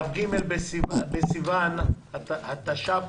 כ"ג בסיוון התש"ף.